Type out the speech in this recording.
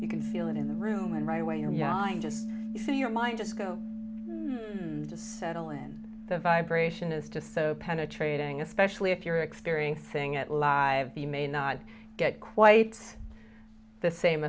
you can feel it in the room and right away you know i just feel your mind just go settle in the vibration is just so penetrating especially if you're experiencing it live the may not get quite the same